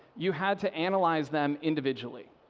you had to analyze them individually.